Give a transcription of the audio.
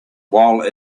while